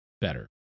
better